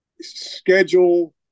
schedule